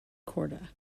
korda